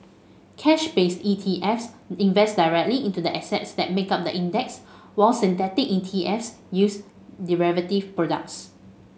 cash based E T Fs invest directly into the assets that make up the index while synthetic E T Fs use derivative products